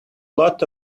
lot